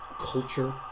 culture